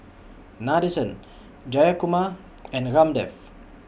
Nadesan Jayakumar and Ramdev